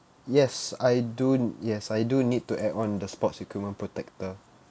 yes I do yes I do need to add on the sports equipment protector